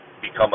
become